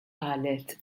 qalet